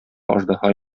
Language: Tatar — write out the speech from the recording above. аждаһа